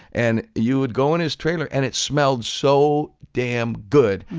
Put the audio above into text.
and you would go in his trailer and it smelled so damn good.